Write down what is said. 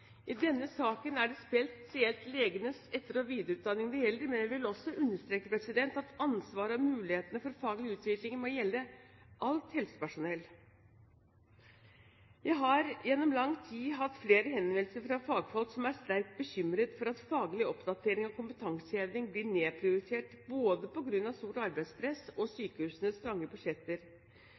det gjelder, men jeg vil også understreke at ansvaret og mulighetene for faglig utvikling må gjelde alt helsepersonell. Jeg har gjennom lang tid hatt flere henvendelser fra fagfolk som er sterkt bekymret for at faglig oppdatering og kompetanseheving blir nedprioritert, på grunn av både stort arbeidspress og sykehusenes trange budsjetter.